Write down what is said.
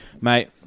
Mate